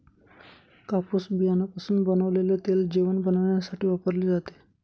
कापूस बियाण्यापासून बनवलेले तेल जेवण बनविण्यासाठी वापरले जाते